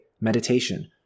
meditation